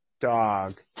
dog